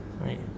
right